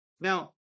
Now